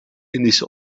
indische